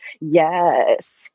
yes